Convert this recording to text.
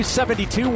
72